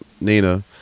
Nina